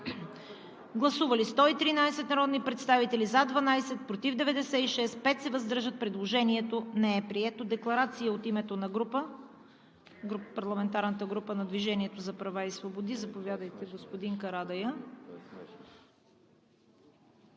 Гласували 113 народни представители: за 12, против 96, въздържали се 5. Предложението не е прието. Декларация от името на парламентарната група на „Движението за права и свободи“ – заповядайте, господин Карадайъ.